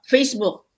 Facebook